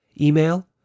Email